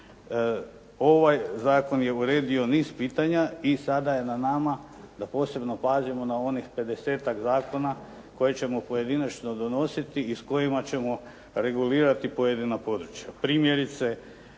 ovaj zakon je uredio niz pitanja i sada je na nama da posebno pazimo na onih pedesetak zakona koje ćemo pojedinačno donositi i s kojima ćemo regulirati pojedina područja.